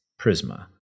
prisma